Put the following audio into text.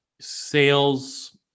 sales